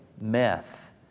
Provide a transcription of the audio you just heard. meth